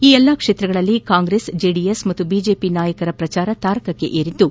ಈ ಎಲ್ಲಾ ಕ್ಷೇತ್ರಗಳಲ್ಲಿ ಕಾಂಗ್ರೆಸ್ ಜೆಡಿಎಸ್ ಹಾಗೂ ಬಿಜೆಪಿ ನಾಯಕರುಗಳ ಪ್ರಚಾರ ತಾರಕಕ್ಷೇರಿದ್ದು